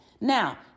Now